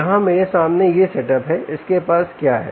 यहाँ मेरे सामने यह सेटअप है इसके पास क्या है